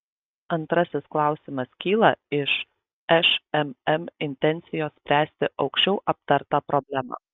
antrasis klausimas kyla iš šmm intencijos spręsti aukščiau aptartą problemą